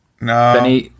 no